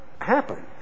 happen